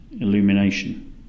illumination